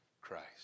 Christ